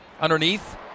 underneath